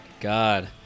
God